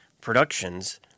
productions